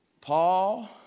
Paul